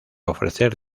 ofrecer